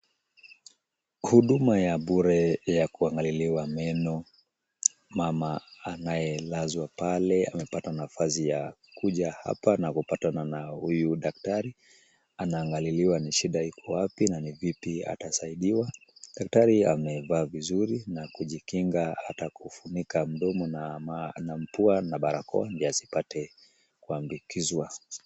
Huduma ya bure ya kuangaliliwa meno. Mama anayelazwa pale amepata nafasi ya kuja hapa na kupatana na huyu daktari. Anaangaliliwa shida iko wapi na ni vipi atasaidiwa. Daktari amevaa vizuri na kujikinga hata kufunika mdomo na mapua na barakoa ndio asipate kuambukizwa.